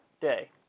day